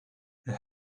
and